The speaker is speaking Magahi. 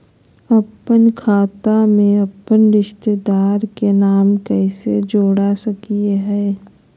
अपन खाता में अपन रिश्तेदार के नाम कैसे जोड़ा सकिए हई?